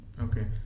Okay